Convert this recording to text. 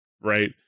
right